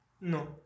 No